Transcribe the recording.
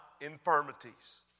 infirmities